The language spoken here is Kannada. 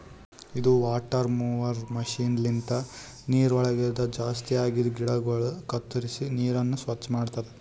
ಇದು ವಾಟರ್ ಮೊವರ್ ಮಷೀನ್ ಲಿಂತ ನೀರವಳಗ್ ಜಾಸ್ತಿ ಆಗಿವ ಗಿಡಗೊಳ ಕತ್ತುರಿಸಿ ನೀರನ್ನ ಸ್ವಚ್ಚ ಮಾಡ್ತುದ